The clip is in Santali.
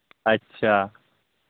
ᱟᱪᱪᱷᱟ